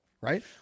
right